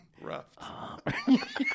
Rough